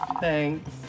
Thanks